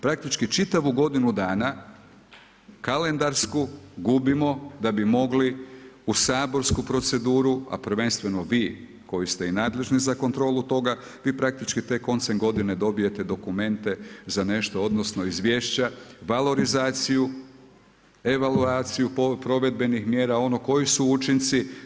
Praktički čitavu godinu dana kalendarsku gubimo da bi mogli u saborsku proceduru, a prvenstveno vi koji ste nadležni za kontrolu toga, vi praktički tek koncem godine dobijete dokumente za nešto, odnosno izvješća, valorizaciju, evaluaciju provedbenih mjera ono koji su učinci.